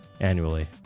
annually